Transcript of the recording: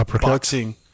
boxing